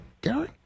Gary